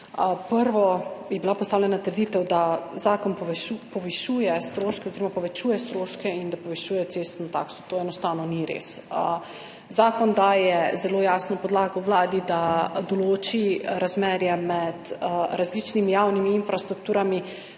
je bila postavljena trditev, da zakon povečuje stroške in da povišuje cestno takso, to enostavno ni res. Zakon daje zelo jasno podlago Vladi, da določi razmerje med različnimi javnimi infrastrukturami,